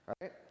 Right